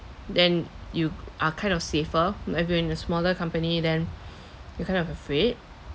then you are kind of safer but if you are in a smaller company then you kind of afraid